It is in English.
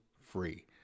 free